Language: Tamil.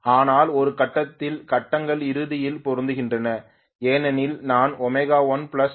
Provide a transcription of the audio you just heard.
ஆனால் ஒரு கட்டத்தில் கட்டங்கள் இறுதியில் பொருந்துகின்றன ஏனெனில் நான் ω1 ω1 − ω2 ஐப் பார்க்கிறேன்